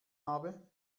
habe